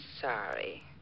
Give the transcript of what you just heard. sorry